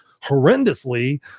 horrendously